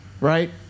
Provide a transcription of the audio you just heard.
right